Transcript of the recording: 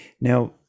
Now